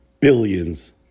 billions